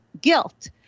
guilt